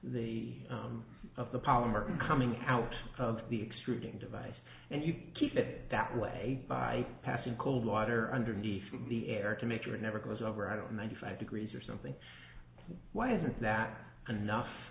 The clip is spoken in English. the of the polymer coming out of the extruding device and you keep it that way by passing cold water underneath the air to make sure it never goes over i don't ninety five degrees or something why isn't that enough